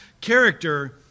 character